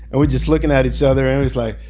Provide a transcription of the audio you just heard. and we're just looking at each other and he's like,